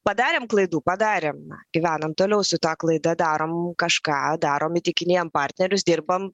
padarėm klaidų padarėm gyvenam toliau su ta klaida darom kažką darom įtikinėjam partnerius dirbam